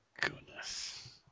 goodness